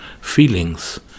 feelings